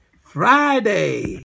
Friday